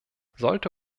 sollte